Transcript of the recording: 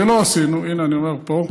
ולא עשינו, הינה, אני אומר פה,